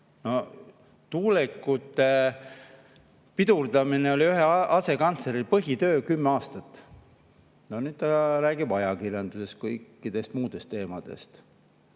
[ehituse] pidurdamine oli ühe asekantsleri põhitöö kümme aastat. No nüüd ta räägib ajakirjanduses kõikidest muudest teemadest.